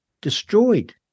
destroyed